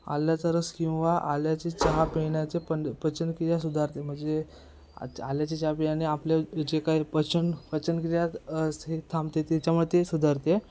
आल्याचा रस किंवा आल्याची चहा पिण्याचे पण पचनक्रिया सुधारते म्हणजे आची आल्याची चहा पिण्याने आपले जे काही पचन पचनक्रिया हे थांबते त्याच्यामुळे ती सुधारते